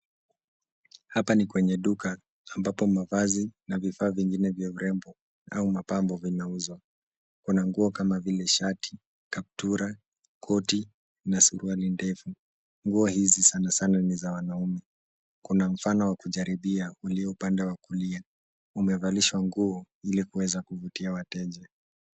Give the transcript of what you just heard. Hapa ni kwenye duka ambapo mavazi na vifaa vingine vya urembo au mapambo vinauzwa. Kuna nguo kama vile shati ,kaptura, koti na suruali ndefu. Nguo hizi sana sana ni za wanaume. Kuna mfano wa kujaribia ulio upande wa kulia, umevalishwa nguo ili kuweza kuvutia wateja.